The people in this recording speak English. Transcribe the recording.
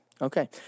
Okay